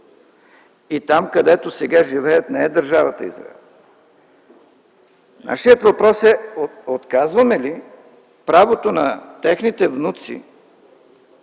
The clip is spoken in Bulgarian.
И там, където сега живеят, не е Държавата Израел. Нашият въпрос е отказваме ли правото на техните внуци,